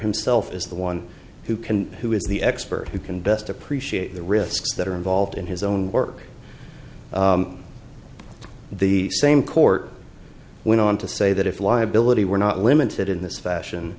himself is the one who can who is the expert who can best appreciate the risks that are involved in his own work the same court went on to say that if liability were not limited in this fashion